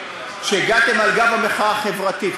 שהגעתם על גב המחאה החברתית,